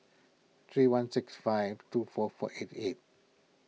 three one six five two four four eight eight